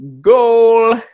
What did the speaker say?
Goal